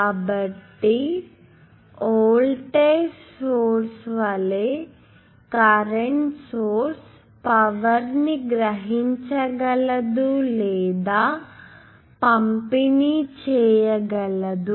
కాబట్టి voltage source వలె current source power ని గ్రహించగలదు లేదా పంపిణీ చేయగలదు